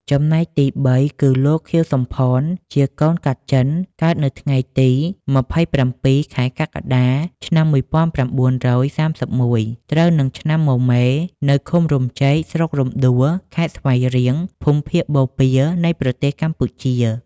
ចំំណែកទីបីគឺ លោក ខៀវ សំផន ជាកូនកាត់ចិនកើតនៅថ្ងៃទី ២៧ ខែកក្កដា ឆ្នាំ ១៩៣១ ត្រូវនឹងឆ្នាំមមែ នៅឃុំរំចេក ស្រុករំដួល ខេត្តស្វាយរៀង ភូមិភាគបូព៌ានៃប្រទេសកម្ពុជា។